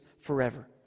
forever